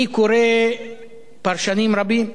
אני קורא פרשנים רבים,